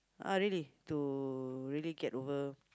ah really to really get over